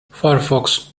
firefox